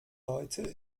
heute